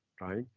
right